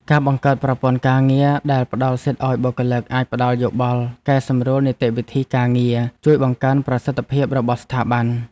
ការបង្កើតប្រព័ន្ធការងារដែលផ្តល់សិទ្ធិឱ្យបុគ្គលិកអាចផ្តល់យោបល់កែសម្រួលនីតិវិធីការងារ ជួយបង្កើនប្រសិទ្ធភាពរបស់ស្ថាប័ន។